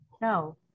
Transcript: No